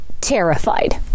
terrified